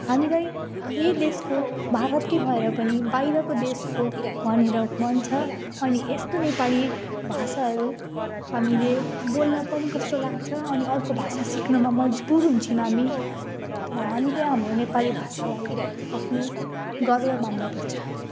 हामीलाई यही देशको भारतकै भएर पनि बाहिरको देशको भनेर भन्छ अनि यस्तो नेपाली भाषाहरू हामीले बोल्दा पनि कस्तो लाग्छ अनि अर्को भाषा सिक्नमा मजबुर हुन्छौँ हामी तर हामीले हाम्रो नेपाली भाषालाई आफ्नो गर्व मान्नुपर्छ